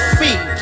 feet